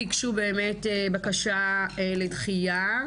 ביקשו בקשה לדחייה,